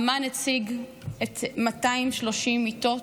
אומן הציג 230 מיטות,